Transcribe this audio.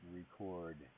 record